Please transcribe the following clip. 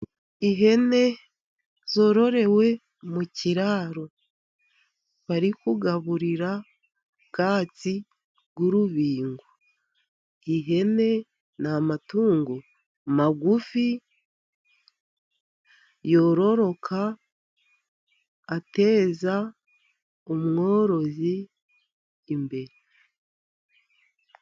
Ihene zororewe mu kiraro barikugaburira ubwatsi bw'urubingo , ihene n'amatungu magufi yororoka ateza umworozi imbere.